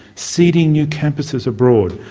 seeding new campuses abroad,